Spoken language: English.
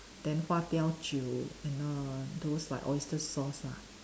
then 花雕酒 you know those like oyster sauce lah